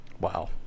Wow